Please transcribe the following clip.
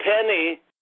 penny